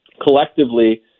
collectively